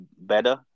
better